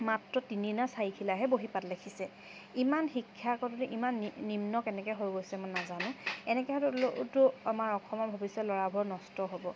মাত্ৰ তিনিনে চাৰিখিলাহে বহী পাত লিখিছে ইমান শিক্ষা ইমান নিম্ন কেনেকৈ হৈ গৈছে মই নাজানো এনেকৈ হ'লেতো আমাৰ অসমৰ ভৱিষ্যত ল'ৰাবোৰৰ নষ্ট হ'ব